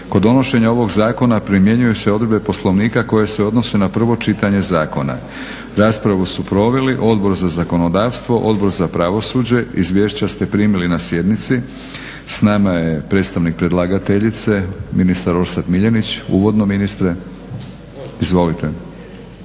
Kod donošenja ovog zakona primjenjuju se odredbe Poslovnika koje se odnose na prvo čitanje zakona. Raspravu su proveli Odbor za zakonodavstvo, Odbor za pravosuđe. Izvješća ste primili na sjednici. S nama je predstavnik predlagateljice, ministar Orsat Miljenić. Uvodno ministre? Izvolite.